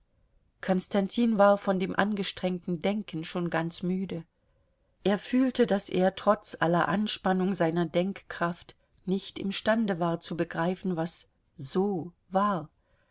konstantin war von dem angestrengten denken schon ganz müde er fühlte daß er trotz aller anspannung seiner denkkraft nicht imstande war zu begreifen was so war